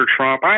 Trump